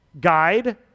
guide